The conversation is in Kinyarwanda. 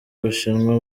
ubushinwa